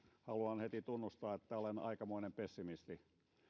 haluan heti tunnustaa että olen aikamoinen pessimisti